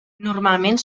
normalment